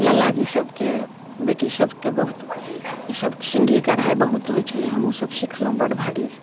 लाला जी सबके बेटी सबके बहुत ई सब सिन्धी कढ़ाइ बहुत होइ छलै हमहूँ सब सिखलहुँ बड्ड भारी